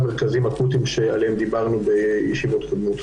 מרכזים אקוטיים שעליהם דיברנו בישיבות קודמות.